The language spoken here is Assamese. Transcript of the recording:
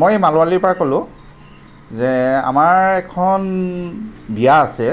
মই এই মালৌ আলিৰপৰা ক'লো যে আমাৰ এখন বিয়া আছে